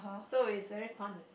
so it's very fun